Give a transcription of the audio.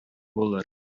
булыр